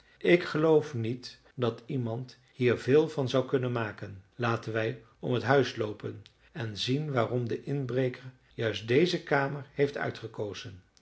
ik geloof niet dat iemand hier veel van zou kunnen maken laten wij om het huis loopen en zien waarom de inbreker juist deze kamer heeft uitgekozen